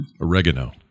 oregano